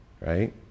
Right